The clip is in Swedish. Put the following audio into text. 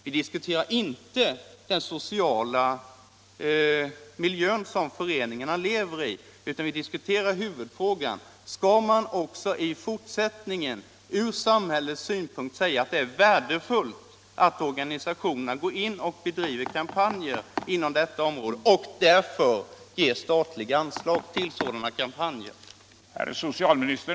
Vi diskuterar inte den sociala miljö som föreningarna lever i. Vi debatterar huvudfrågan: Skall man också i fortsättningen ur samhällets synpunkt säga att det är värdefullt att organisationerna går in och bedriver kampanjer inom dessa områden och skall man därför ge statliga anslag till sådana kampanjer?